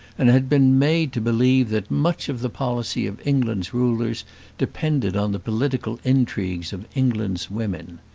and had been made to believe that much of the policy of england's rulers depended on the political intrigues of england's women.